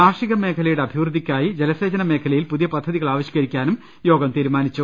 കാർഷിക മേഖലയുടെ അഭിവൃദ്ധിക്കായി ജലസേചന മേഖല യിൽ പുതിയ പദ്ധതികൾ ആവിഷ്ക്കരിക്കാനും തീരുമാനമായി